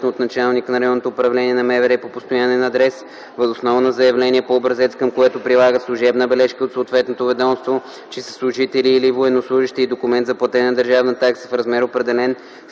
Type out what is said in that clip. от началника на РУ на МВР по постоянен адрес, въз основа на заявление по образец, към което прилагат служебна бележка от съответното ведомство, че са служители или военнослужещи, и документ за платена държавна такса в размер, определен